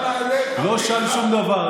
של נעליך, לא משיל שום דבר.